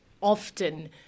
often